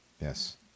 Yes